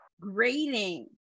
grading